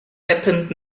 happened